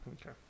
Okay